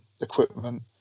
equipment